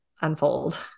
unfold